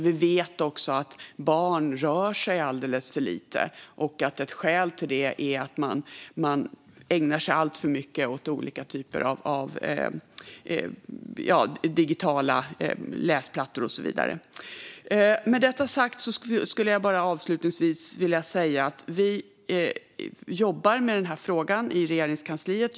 Vi vet också att barn rör sig alldeles för lite och att ett skäl till det är att de ägnar sig alltför mycket åt olika digitala plattformar - läsplattor och så vidare. Med detta sagt skulle jag avslutningsvis vilja säga att vi jobbar med den här frågan i Regeringskansliet.